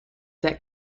that